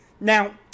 now